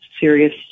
serious